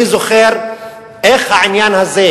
אני זוכר איך העניין הזה,